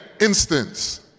instance